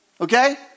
Okay